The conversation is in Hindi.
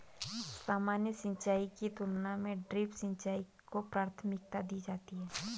सामान्य सिंचाई की तुलना में ड्रिप सिंचाई को प्राथमिकता दी जाती है